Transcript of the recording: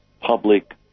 public